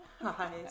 Hi